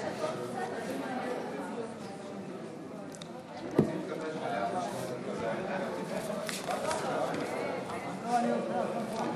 חוק שימוש חוזר במים אפורים, 39 בעד ו-39 נגד.